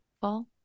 fall